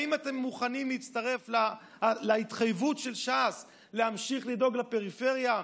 האם אתם מוכנים להצטרף להתחייבות של ש"ס להמשיך לדאוג לפריפריה?